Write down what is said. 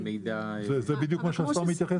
למידע -- זה בדיוק מה שהשר מתייחס אליו.